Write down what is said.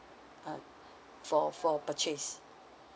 uh for for purchase